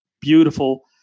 beautiful